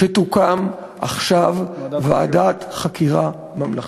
היא שתוקם עכשיו ועדת חקירה ממלכתית,